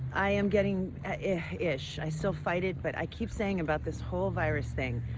i am getting ish. i still fight it, but i keep saying, about this whole virus thing,